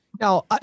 Now